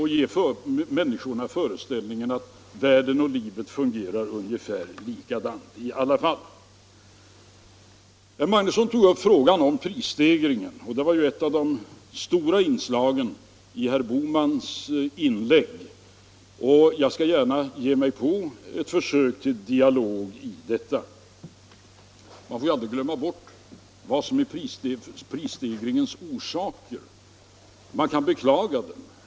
Herr Magnusson tog bl.a. upp frågan om prisstegringarna, och det var också ett av de stora inslagen i herr Bohmans inlägg. Jag skall gärna försöka mig på ett svar i den frågan. Man får aldrig glömma vad som är prisstegringens orsaker. Man kan beklaga den.